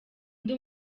ndi